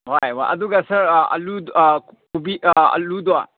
ꯍꯣꯏ ꯑꯗꯨꯒ ꯁꯥꯔ ꯑꯥꯜꯂꯨ ꯀꯣꯕꯤ ꯑꯥꯜꯂꯨꯗꯨ